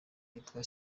ryitwa